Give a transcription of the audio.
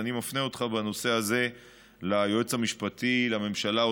אני מפנה אותך בנושא הזה ליועץ המשפטי לממשלה,